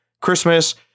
Christmas